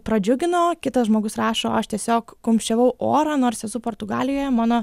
pradžiugino kitas žmogus rašo aš tiesiog kumščiavau orą nors esu portugalijoje mano